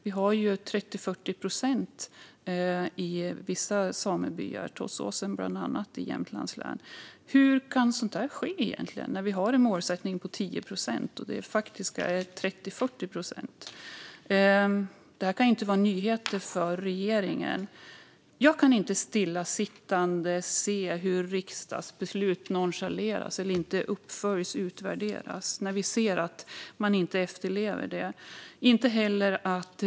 Det är 30-40 procent i vissa samebyar, bland annat i Tåssåsen i Jämtlands län. Hur kan sådant egentligen ske? Vi har en målsättning på 10 procent, och den faktiska siffran är 30-40 procent. Detta kan inte vara nyheter för regeringen. Jag kan inte stillasittande se hur riksdagsbeslut nonchaleras eller inte följs upp och utvärderas när vi ser att man inte efterlever detta.